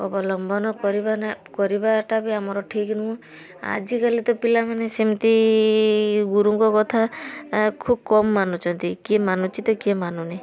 ଅବଲମ୍ବନ କରିବା ନା କରିବାଟା ବି ଆମର ଠିକ୍ ନୁହଁ ଆଜିକାଲି ତ ପିଲାମାନେ ସେମିତି ଗୁରୁଙ୍କ କଥା ଖୁବ କମ୍ ମାନୁଛନ୍ତି କିଏ ମାନୁଛି ତ କିଏ ମାନୁ ନେଇ